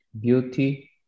beauty